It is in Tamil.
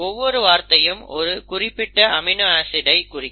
ஒவ்வொரு வார்த்தையும் ஒரு குறிப்பிட்ட அமினோ ஆசிட் ஐ குறிக்கும்